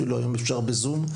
אפשר אפילו בזום.